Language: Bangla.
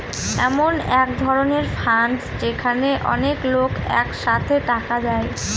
এমন এক ধরনের ফান্ড যেখানে অনেক লোক এক সাথে টাকা দেয়